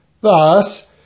Thus